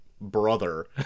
brother